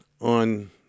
on